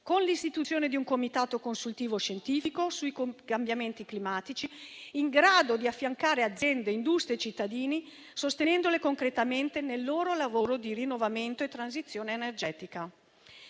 con l'istituzione di un comitato consultivo scientifico sui cambiamenti climatici in grado di affiancare aziende, industrie e cittadini, sostenendole concretamente nel loro lavoro di rinnovamento e transizione energetica.